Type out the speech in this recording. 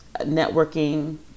networking